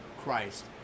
Christ